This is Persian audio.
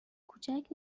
کوچک